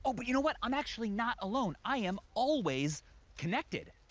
ah but you know what? i'm actually not alone. i am always connected.